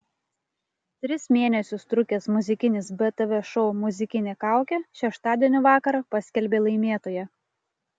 tris mėnesius trukęs muzikinis btv šou muzikinė kaukė šeštadienio vakarą paskelbė laimėtoją